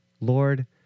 Lord